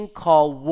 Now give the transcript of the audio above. called